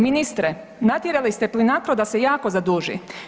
Ministre natjerali ste Plinacro da se jako zaduži.